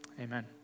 amen